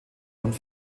und